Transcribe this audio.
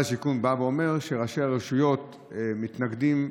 השיכון בא ואומר שראשי הרשויות מתנגדים,